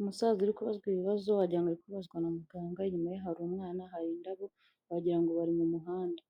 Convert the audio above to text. Umusaza uri kubazwa ibibazo wagira ngo ari kubibazwa na muganga, inyuma ye hari umwana hari indabo wagirango bari mu muhanda,